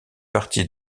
partie